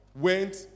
went